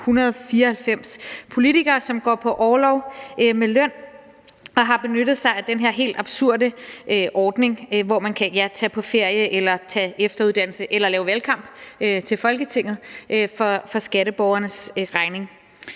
194 politikere, som er gået på orlov med løn, og altså har benyttet sig af den her helt absurde ordning, hvor man kan tage på ferie eller tage efteruddannelse eller lave valgkamp til Folketinget på skatteborgernes regning.